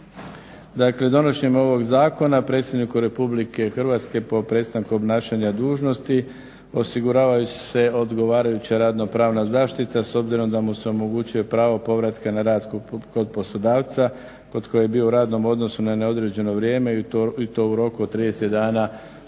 Dakle, donošenjem ovog zakona Predsjedniku Republike Hrvatske po prestanku obnašanja dužnosti osiguravaju se odgovarajuća radno-pravna zaštita s obzirom da mu se omogućuje pravo povratka na rad kod poslodavca kod kojeg je bio u radnom odnosu na neodređeno vrijeme i to u roku od 30 dana